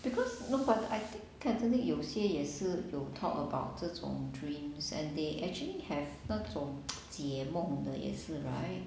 because no but I thought catholic 有些也是有 talk about 这种 dreams and they actually have 那种解梦的也是 right